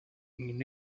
une